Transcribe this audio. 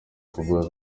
kuvuga